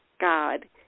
God